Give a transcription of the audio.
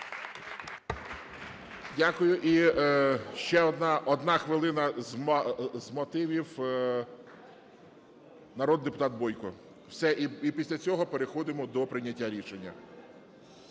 Дякую. І ще одна хвилина з мотивів. Народний депутат Бойко. Все. І після цього переходимо до прийняття рішення.